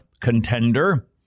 contender